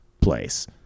place